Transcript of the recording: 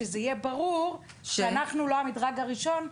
שזה יהיה ברור שאנחנו לא המדרג הראשון.